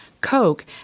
Coke